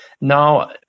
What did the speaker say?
Now